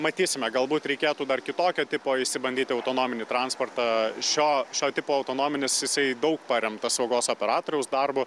matysime galbūt reikėtų dar kitokio tipo išsibandyti autonominį transportą šio šio tipo autonominis jisai daug paremtas saugos operatoriaus darbu